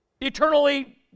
eternally